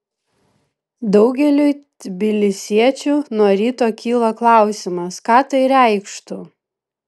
daugeliui tbilisiečių nuo ryto kyla klausimas ką tai reikštų